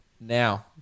now